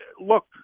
Look